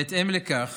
בהתאם לכך